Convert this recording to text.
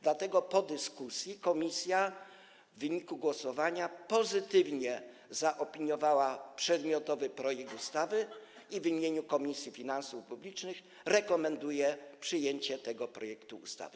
Dlatego po dyskusji komisja w wyniku głosowania pozytywnie zaopiniowała przedmiotowy projekt ustawy i w imieniu Komisji Finansów Publicznych rekomenduję przyjęcie tego projektu ustawy.